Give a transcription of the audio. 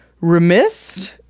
remiss